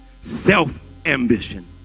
self-ambition